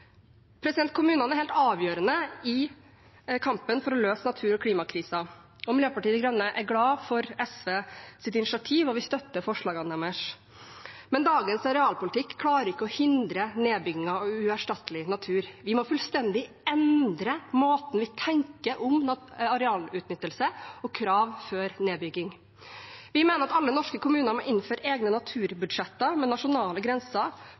Kommunene er helt avgjørende i kampen for å løse natur- og klimakrisen. Miljøpartiet De Grønne er glade for SVs initiativ, og vi støtter forslagene deres. Men dagens arealpolitikk klarer ikke å hindre nedbygging av uerstattelig natur. Vi må fullstendig endre måten vi tenker om arealutnyttelse og krav på, før nedbygging. Vi mener at alle norske kommuner må innføre egne naturbudsjetter, med nasjonale grenser